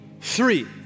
Three